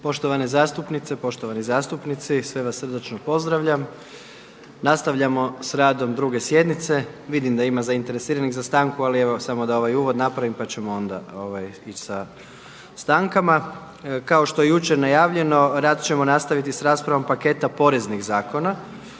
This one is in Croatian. Poštovane zastupnice, poštovani zastupnici sve vas srdačno pozdravljam. Nastavljamo s radom 2. sjednice. Vidim da ima zainteresiranih za stanku, ali evo samo da ovaj uvod napravim pa ćemo onda ići sa stankama. Kao što je jučer najavljeno rad ćemo nastaviti sa raspravom paketa poreznih zakona.